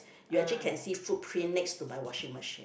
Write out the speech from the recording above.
you actually can see footprint next to my washing machine